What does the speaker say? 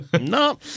No